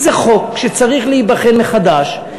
זה חוק שצריך להיבחן מחדש,